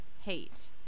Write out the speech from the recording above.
hate